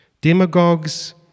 Demagogues